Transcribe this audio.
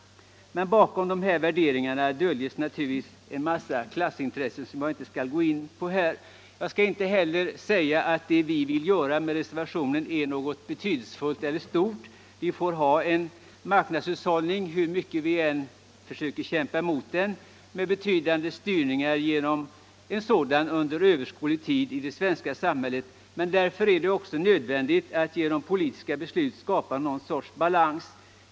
Men bakom värderingarna döljer sig naturligtvis en massa klassintressen, som jag inte skall gå in på här. Jag skall inte heller säga att det vi vill göra genom reservationen är något betydelsefullt eller stort. Vi får behålla en marknadshushållning med dess styrningar, hur mycket vi än försöker kämpa mot den, under överskådlig tid i det svenska samhället. Men därför är det också nödvändigt att genom politiska beslut skapa någon sorts balans.